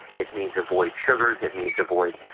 it means avoid sugars, it means avoid